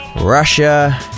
Russia